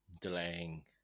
delaying